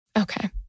Okay